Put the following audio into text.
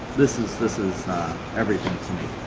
this is this is everything to me.